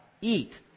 eat